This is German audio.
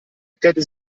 erklärte